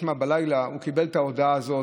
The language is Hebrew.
בלילה הוא קיבל את ההודעה הזו,